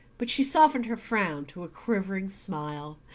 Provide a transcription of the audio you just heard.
but she softened her frown to a quivering smile.